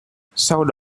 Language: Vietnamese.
sau